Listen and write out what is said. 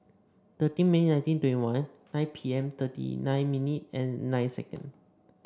thirteen May nineteen twenty one nine P M thirty nine minutes and nine second